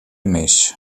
mis